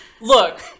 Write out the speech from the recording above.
Look